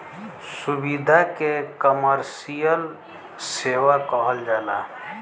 सुविधा के कमर्सिअल सेवा कहल जाला